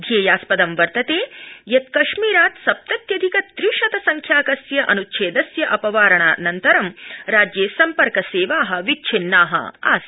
ध्येयास्पदं विद्यते यत् कश्मीरात् सप्तत्यधिक त्रि शत संख्याकस्य अन्च्छेदस्य अपवारणान्तरं राज्ये सम्पर्क सेवा विच्छिन्ना आसन्